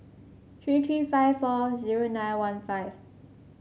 three three five four zero nine one five